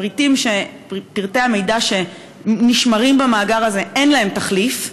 ופרטי המידע שנשמרים במאגר הזה אין להם תחליף,